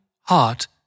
heart